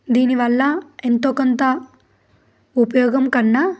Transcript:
దీనివల్ల ఎంతో కొంత ఉపయోగం కన్నా